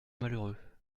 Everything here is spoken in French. malheureux